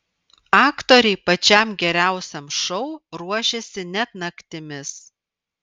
aktoriai pačiam geriausiam šou ruošėsi net naktimis